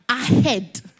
Ahead